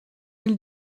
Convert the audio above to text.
ils